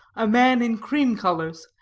a man in cream-colors,